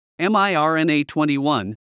miRNA-21